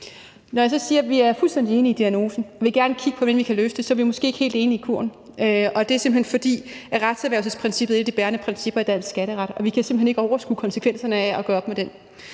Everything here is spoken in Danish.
Når jeg så siger, at vi er fuldstændig enige i diagnosen, og at vi gerne vil kigge på, hvordan vi kan løse det, er vi dog måske ikke helt enige i kuren. Og det er simpelt hen, fordi retserhvervelsesprincippet er et af de bærende principper i dansk skatteret, og vi kan simpelt hen ikke overskue konsekvenserne af at gøre op med det.